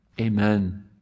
amen